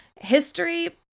history